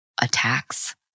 attacks